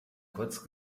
kurz